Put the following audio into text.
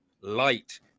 light